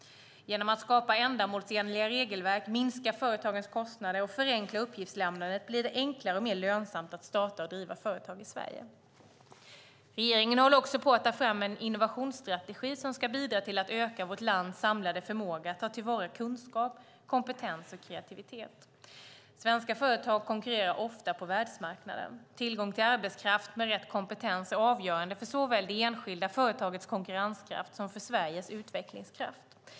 Genom att skapa ändamålsenliga regelverk, minska företagens kostnader och förenkla uppgiftslämnandet blir det enklare och mer lönsamt att starta och driva företag i Sverige. Regeringen håller också på att ta fram en innovationsstrategi som ska bidra till att öka vårt lands samlade förmåga att ta till vara kunskap, kompetens och kreativitet. Svenska företag konkurrerar ofta på världsmarknaden. Tillgång till arbetskraft med rätt kompetens är avgörande såväl för det enskilda företagets konkurrenskraft som för Sveriges utvecklingskraft.